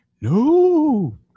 No